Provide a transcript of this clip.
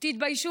להלן תרגומם: